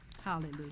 Hallelujah